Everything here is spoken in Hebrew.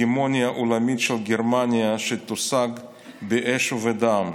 הגמוניה עולמית של גרמניה שתושג באש ובדם.